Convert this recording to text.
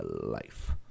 life